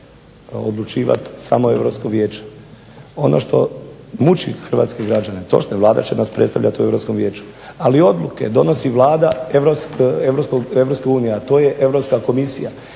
odlučivat samo Europsko vijeće. Ono što muči hrvatske građane, Vlada će nas predstavljat u Europskom vijeću ali odluke donosi Vlada Europske unije, a to je Europska komisija